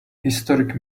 historic